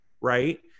right